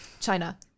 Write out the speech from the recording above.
china